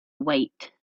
wait